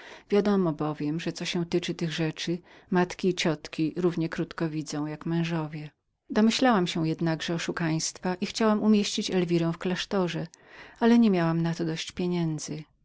wiadomo bowiem że co się tyczy tych rzeczy matki i ciotki równie krótko widzą jak mężowie dorozumiewałam się jednakowoż oszukaństwa i chciałam umieścić elwirę w klasztorze ale nie miałam na to dość pieniędzy